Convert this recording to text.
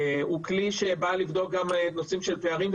הוא כלי שבא לבדוק גם נושאים של פערים,